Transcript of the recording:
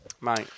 mate